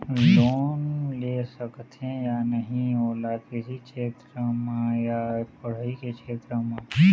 Loan ले सकथे या नहीं ओला कृषि क्षेत्र मा या पढ़ई के क्षेत्र मा?